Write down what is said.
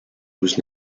was